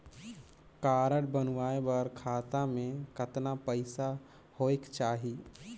Card बनवाय बर खाता मे कतना पईसा होएक चाही?